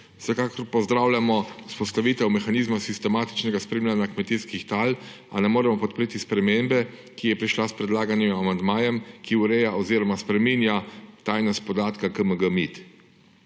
Vsekakor pozdravljamo vzpostavitev mehanizma sistematičnega spremljanja kmetijskih tal, a ne moremo podpreti spremembe, ki je prišla s predlaganim amandmajem, ki ureja oziroma spreminja tajnost podatka KMG-MID.